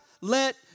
let